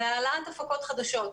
בהעלאת הפקות חדשות.